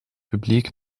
publiek